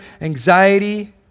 anxiety